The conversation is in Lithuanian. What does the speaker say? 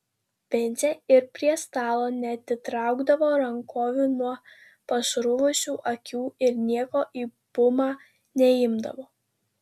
vincė ir prie stalo neatitraukdavo rankovių nuo pasruvusių akių ir nieko į bumą neimdavo